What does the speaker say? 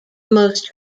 most